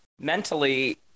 mentally